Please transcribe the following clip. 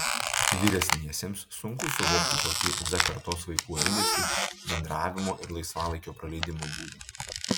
vyresniesiems sunku suvokti tokį z kartos vaikų elgesį bendravimo ir laisvalaikio praleidimo būdą